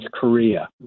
Korea